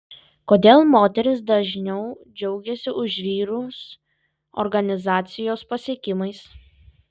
kodėl moterys dažniau džiaugiasi už vyrus organizacijos pasiekimais